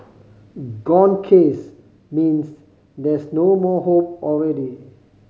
gone case means there's no more hope already